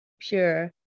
pure